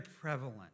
prevalent